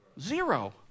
Zero